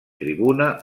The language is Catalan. tribuna